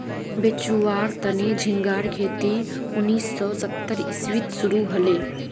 बेचुवार तने झिंगार खेती उन्नीस सौ सत्तर इसवीत शुरू हले